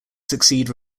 succeed